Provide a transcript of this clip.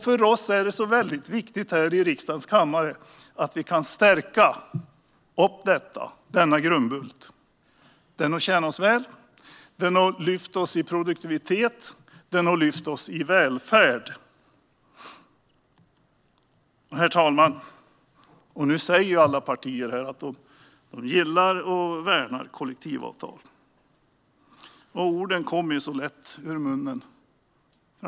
För oss är det väldigt viktigt att vi här i riksdagens kammare kan stärka denna grundbult. Den har tjänat oss väl. Den har lyft oss när det gäller produktivitet och välfärd. Herr talman! Nu säger alla partier att de gillar och värnar kollektivavtal. Orden kommer så lätt ur munnen.